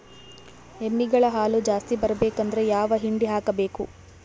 ಎಮ್ಮಿ ಗಳ ಹಾಲು ಜಾಸ್ತಿ ಬರಬೇಕಂದ್ರ ಯಾವ ಹಿಂಡಿ ಹಾಕಬೇಕು?